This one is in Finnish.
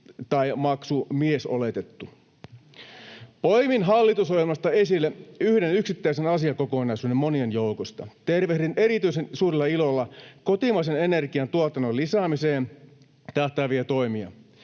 tai maksumiesoletettu. Poimin hallitusohjelmasta esille yhden yksittäisen asiakokonaisuuden monien joukosta: Tervehdin erityisen suurella ilolla kotimaisen energiantuotannon lisäämiseen tähtääviä toimia.